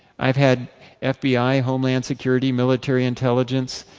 i have had fbi, homeland security, military intelligence,